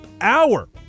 hour